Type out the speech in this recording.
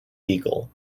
beagle